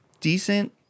decent